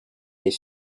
les